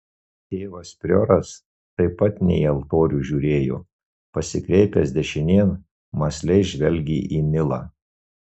tėvas prioras taip pat ne į altorių žiūrėjo pasikreipęs dešinėn mąsliai žvelgė į nilą